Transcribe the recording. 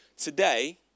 today